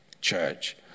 church